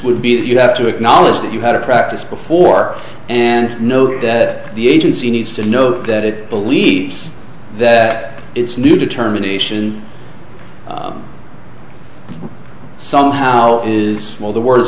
would be that you have to acknowledge that you had a practice before and know that the agency needs to know that it believes that its new determination somehow is small the words